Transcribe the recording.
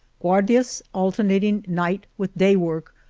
guardias, alternating night with day work,